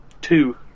Two